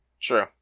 True